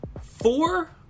four